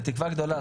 בתקווה גדולה,